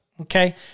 okay